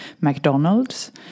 McDonald's